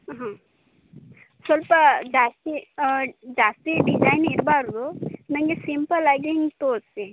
ಹ್ಞೂ ಸ್ವಲ್ಪ ಜಾಸ್ತಿ ಜಾಸ್ತಿ ಡಿಸೈನ್ ಇರಬಾರ್ದು ನನಗೆ ಸಿಂಪಲ್ ಆಗಿ ಹಿಂಗೆ ತೋರಿಸಿ